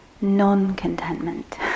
non-contentment